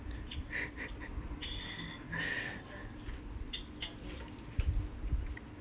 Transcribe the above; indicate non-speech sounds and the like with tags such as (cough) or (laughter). (laughs)